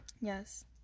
Yes